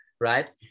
right